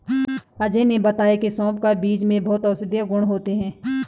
अजय ने बताया की सौंफ का बीज में बहुत औषधीय गुण होते हैं